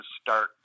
start